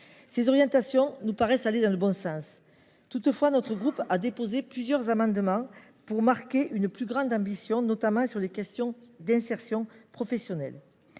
Ces orientations nous paraissent aller dans le bon sens. Toutefois, notre groupe a déposé plusieurs amendements, afin de faire preuve de plus d’ambition, notamment sur les questions d’insertion professionnelle.